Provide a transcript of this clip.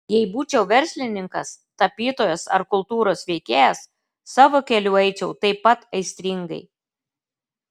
jei būčiau verslininkas tapytojas ar kultūros veikėjas savo keliu eičiau taip pat aistringai